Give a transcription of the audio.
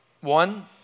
One